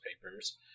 papers